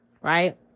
Right